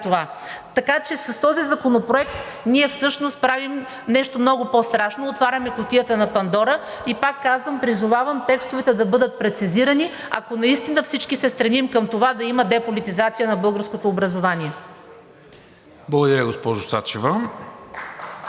това?“ Така че с този законопроект ние всъщност правим нещо много по-страшно – отваряме кутията на Пандора. И пак казвам, призовавам текстовете да бъдат прецизирани, ако наистина всички се стремим към това да има деполитизация на българското образование. (Ръкопляскания